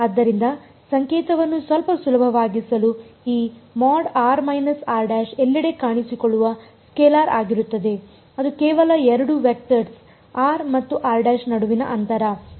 ಆದ್ದರಿಂದ ಸಂಕೇತವನ್ನು ಸ್ವಲ್ಪ ಸುಲಭವಾಗಿಸಲು ಈ ಎಲ್ಲೆಡೆ ಕಾಣಿಸಿಕೊಳ್ಳುವ ಸ್ಕೇಲಾರ್ ಆಗಿರುತ್ತದೆ ಅದು ಕೇವಲ 2 ವೆಕ್ಟರ್ಸ್ r ಮತ್ತು ನಡುವಿನ ಅಂತರ